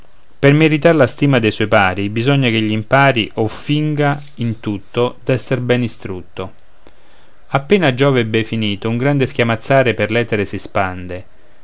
per meritar la stima de suoi pari bisogna ch'egli impari o finga in tutto d'essere bene instrutto appena giove ebbe finito un grande schiamazzare per l'etere si spande